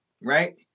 right